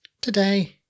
Today